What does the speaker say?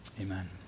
amen